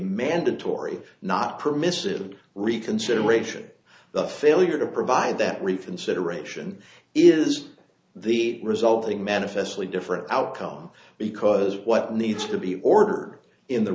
mandatory not permissive reconsideration the failure to provide that reconsideration is the resulting manifestly different outcome because what needs to be order in the